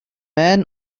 man